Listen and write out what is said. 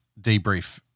debrief